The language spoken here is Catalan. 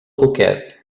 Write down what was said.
cuquet